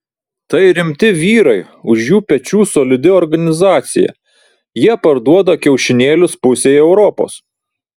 tai rimti vyrai už jų pečių solidi organizacija jie parduoda kiaušinėlius pusei europos